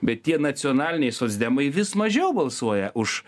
bet tie nacionaliniai socdemai vis mažiau balsuoja už